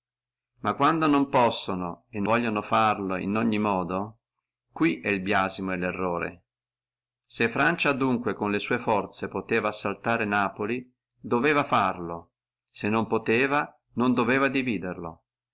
ma quando non possono e vogliono farlo in ogni modo qui è lerrore et il biasimo se francia adunque posseva con le forze sua assaltare napoli doveva farlo se non poteva non doveva dividerlo